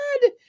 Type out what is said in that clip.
God